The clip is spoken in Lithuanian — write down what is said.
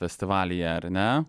festivalyje ar ne